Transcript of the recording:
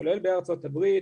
כולל בארצות הברית.